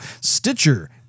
Stitcher